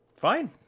fine